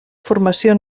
formació